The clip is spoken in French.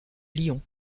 lyon